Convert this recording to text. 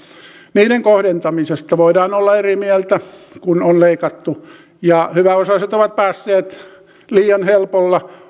niiden kohdentamisesta voidaan olla eri mieltä kun on leikattu ja hyväosaiset ovat päässeet liian helpolla